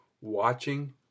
Watching